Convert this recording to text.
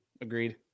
agreed